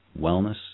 wellness